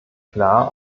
klar